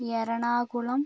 Ernakulam